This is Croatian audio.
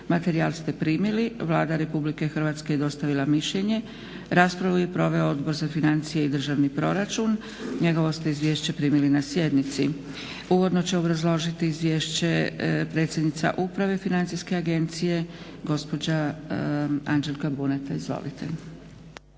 Materijal ste primili. Vlada RH je dostavila mišljenje. Raspravu je proveo Odbor za financije i državni proračun, njegovo ste izvješće primili na sjednici. Uvodno će obrazložiti izvješće predsjednica uprave Financijske agencije gospođa Anđelka Buneta, izvolite.